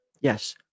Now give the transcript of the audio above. Yes